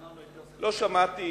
לא שמעתי